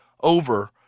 over